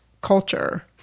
culture